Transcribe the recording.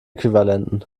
äquivalenten